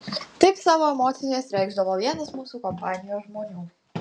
taip savo emocijas reikšdavo vienas mūsų kompanijos žmonių